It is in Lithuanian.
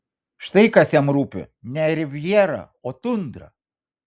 štai kas jam rūpi ne rivjera o tundra